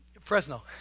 Fresno